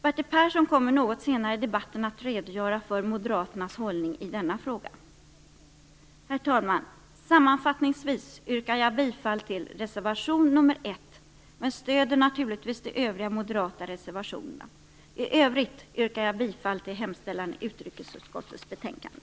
Bertil Persson kommer något senare i debatten att redogöra för moderaternas hållning i denna fråga. Herr talman! Sammanfattningsvis yrkar jag bifall till reservation nr 1 men stöder naturligtvis de övriga moderata reservationerna. I övrigt yrkar jag bifall till hemställan i utrikesutskottets betänkande.